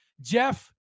Jeff